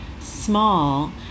small